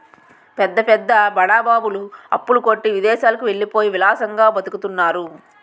పెద్ద పెద్ద బడా బాబులు అప్పుల కొట్టి విదేశాలకు వెళ్ళిపోయి విలాసంగా బతుకుతున్నారు